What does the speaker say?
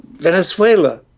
Venezuela